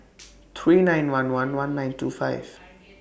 three nine one one one nine two five